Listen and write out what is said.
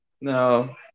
no